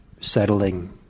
settling